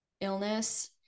illness